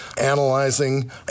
analyzing